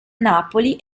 napoli